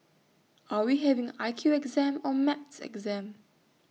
are we having I Q exam or maths exam